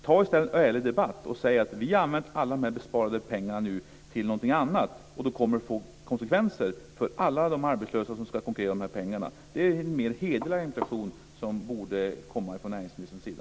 Ta i stället en ärlig debatt och säg att vi har nu använt alla de besparade pengarna till någonting annat och att det kommer att få konsekvenser för alla dem som ska konkurrera om dessa pengar. Det vore en mer hedrande deklaration från näringsministerns sida.